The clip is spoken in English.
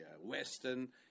Western